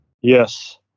Yes